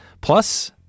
plus